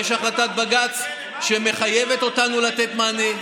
יש החלטת בג"ץ שמחייבת אותנו לתת מענה.